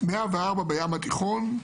104 בים התיכון,